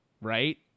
right